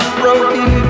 broken